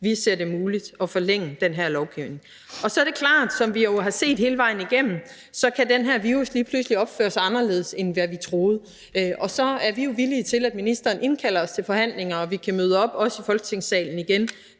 vi ser det muligt at forlænge den her lovgivning til. Så er det klart, som vi jo har set hele vejen igennem, at den her virus lige pludselig kan opføre sig anderledes, end hvad vi troede, og så er vi jo villige til, at ministeren indkalder os til forhandlinger, og vi kan møde op, også i Folketingssalen igen,